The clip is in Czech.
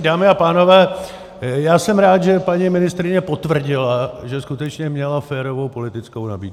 Dámy a pánové, jsem rád, že paní ministryně potvrdila, že skutečně měla férovou politickou nabídku.